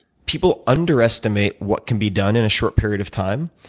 people underestimate what can be done in a short period of time,